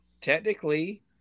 technically